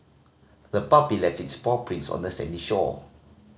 the puppy left its paw prints on the sandy shore